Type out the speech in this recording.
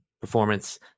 performance